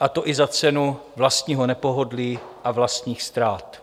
a to i za cenu vlastního nepohodlí a vlastních ztrát.